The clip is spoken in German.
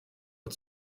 und